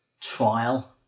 trial